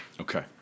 Okay